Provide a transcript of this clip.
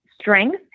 strength